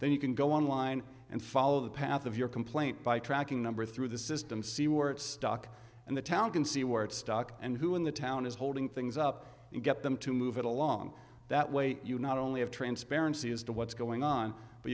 then you can go online and follow the path of your complaint by tracking number through the system siewert stock and the town can see where it's stock and who in the town is holding things up and get them to move it along that way you not only have transparency as to what's going on but